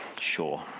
sure